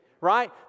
right